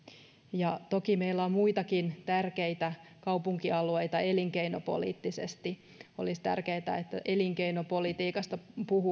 ja toki meillä on muitakin tärkeitä kaupunkialueita elinkeinopoliittisesti olisi tärkeätä että elinkeinopolitiikasta